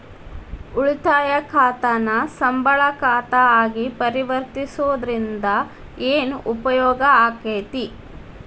ಉಳಿತಾಯ ಖಾತಾನ ಸಂಬಳ ಖಾತಾ ಆಗಿ ಪರಿವರ್ತಿಸೊದ್ರಿಂದಾ ಏನ ಉಪಯೋಗಾಕ್ಕೇತಿ?